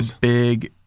big